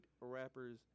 rappers